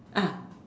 ah